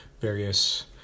various